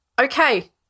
okay